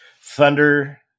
Thunder